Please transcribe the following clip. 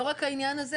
לא רק העניין הזה,